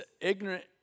ignorant